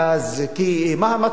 כי מה המטרה?